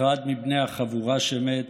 אחד מבני החבורה שמת,